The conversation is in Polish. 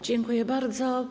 Dziękuję bardzo.